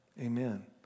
Amen